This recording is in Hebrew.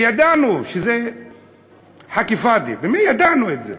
וידענו שזה חכי פאד'י, ידענו את זה.